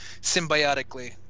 symbiotically